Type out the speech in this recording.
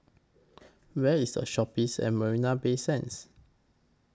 Where IS The Shoppes At Marina Bay Sands